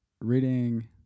reading